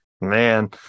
Man